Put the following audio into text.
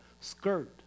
skirt